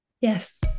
Yes